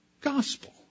gospel